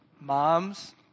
moms